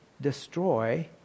destroy